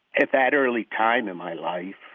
at that early time in my life,